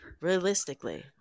realistically